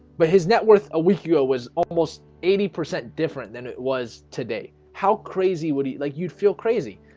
but his net worth a week ago was almost eighty percent different than it was today how crazy would eat like you'd feel crazy,